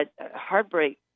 Heartbreak